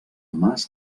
mas